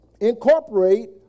incorporate